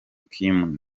kim